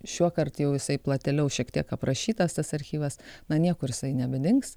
šiuokart jau jisai platėliau šiek tiek aprašytas tas archyvas na niekur jisai nebedings